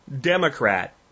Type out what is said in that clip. Democrat